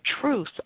truth